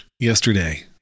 Yesterday